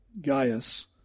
Gaius